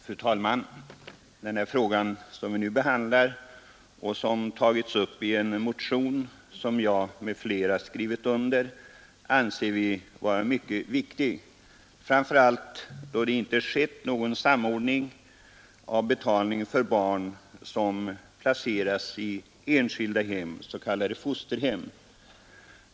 Fru talman! Den fråga som nu behandlas och som tagits upp i en motion av bl.a. mig anser vi vara mycket viktig, framför allt eftersom det inte skett någon samordning av betalningen för barn som placeras i enskilda hem, s.k. fosterhem.